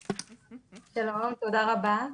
שלום, תודה רבה.